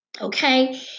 Okay